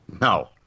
No